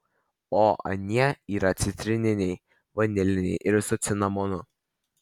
o anie yra citrininiai vaniliniai ir su cinamonu